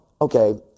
okay